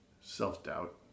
Self-doubt